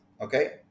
okay